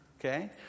okay